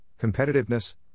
competitiveness